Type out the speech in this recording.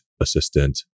assistant